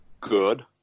good